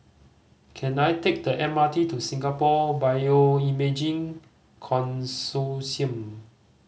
can I take the M R T to Singapore Bioimaging Consortium